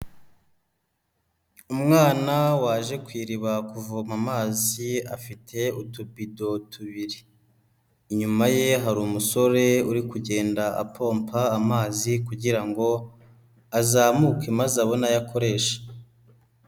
Umwana waje ku iriba kuvoma amazi afite utubido tubiri, inyuma ye hari umusore uri kugenda apompa amazi kugira ngo azamuke maze abona ayo akoresha.